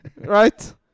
Right